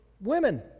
women